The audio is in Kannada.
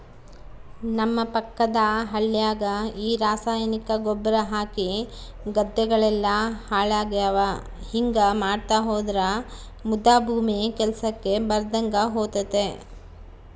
ನಮ್ಮ ಪಕ್ಕದ ಹಳ್ಯಾಗ ಈ ರಾಸಾಯನಿಕ ಗೊಬ್ರ ಹಾಕಿ ಗದ್ದೆಗಳೆಲ್ಲ ಹಾಳಾಗ್ಯಾವ ಹಿಂಗಾ ಮಾಡ್ತಾ ಹೋದ್ರ ಮುದಾ ಭೂಮಿ ಕೆಲ್ಸಕ್ ಬರದಂಗ ಹೋತತೆ